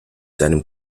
seinem